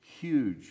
huge